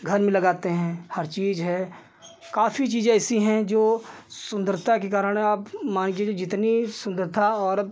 घर में लगाते हैं हर चीज़ है काफ़ी चीज़ें ऐसी हैं जो सुन्दरता के कारण आप मानकर चलिए जितनी सुन्दरता औरत